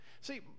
See